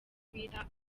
bita